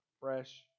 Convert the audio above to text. fresh